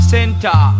Center